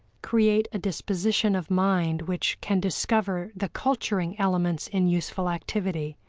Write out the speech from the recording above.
create a disposition of mind which can discover the culturing elements in useful activity,